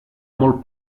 molt